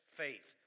faith